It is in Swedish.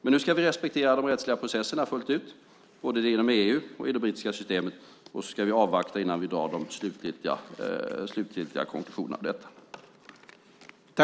Men nu ska vi respektera de rättsliga processerna fullt ut, både inom EU och i det brittiska systemet, och så ska vi avvakta innan vi drar de slutgiltiga konklusionerna av detta.